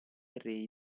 array